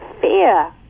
fear